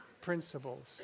principles